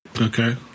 okay